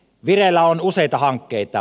vireillä on useita hankkeita